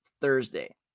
Thursday